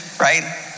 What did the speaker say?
right